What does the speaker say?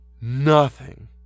Nothing